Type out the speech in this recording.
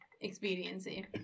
expediency